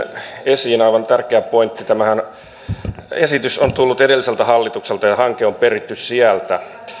esiin aivan tärkeä pointti tämä esityshän on tullut edelliseltä hallitukselta ja hanke on peritty sieltä